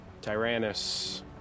Tyrannus